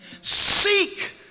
Seek